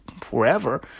forever